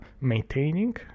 maintaining